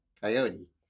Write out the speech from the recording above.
coyote